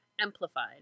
Amplified